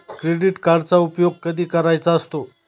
Credit कार्डचा उपयोग कधी करायचा असतो?